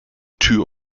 tür